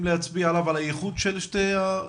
להצביע על הייחוד של שתי האוכלוסיות האלה?